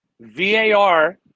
VAR